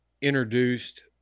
introduced